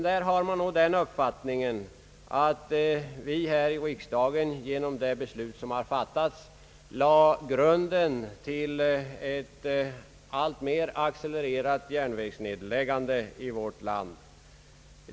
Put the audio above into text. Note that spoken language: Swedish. Där har man nog den uppfattningen att vi här i riksdagen genom det beslut som har fattats lagt grunden till en alltmer accelererad järnvägsnedläggning i vårt land.